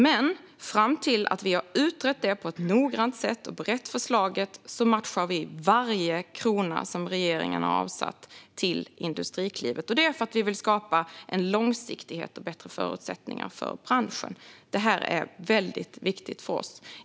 Men fram till att vi har utrett det här på ett noggrant sätt och berett förslaget matchar vi varje krona som regeringen har avsatt till Industriklivet. Det gör vi för att vi vill skapa långsiktighet och bättre förutsättningar för branschen. Det här är väldigt viktigt för oss.